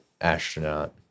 astronaut